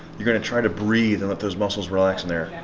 you're gonna try to breathe and let those muscles relax in there.